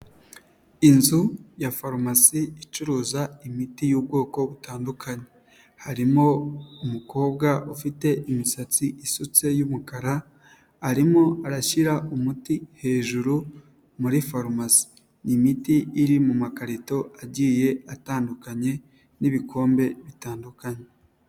Inzu ya farumasi icuruza imiti y'ubwoko butandukanye, harimo umukobwa ufite imisatsi isutse y'umukara, arimo arashyira umuti hejuru muri farumasi. Imiti iri mu makarito agiye atandukanye n'ibikombe bitandukanye.